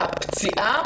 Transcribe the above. הפציעה